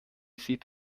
sieht